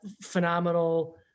phenomenal